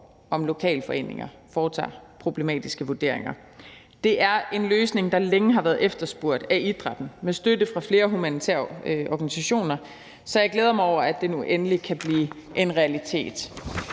om lokalforeninger foretager problematiske vurderinger. Det er en løsning, der længe har været efterspurgt af idrætten med støtte fra flere humanitære organisationer, så jeg glæder mig over, at det nu endelig kan blive en realitet.